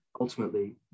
ultimately